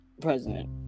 president